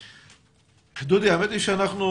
דודי, האמת היא שאנחנו